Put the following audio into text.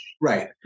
Right